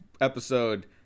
episode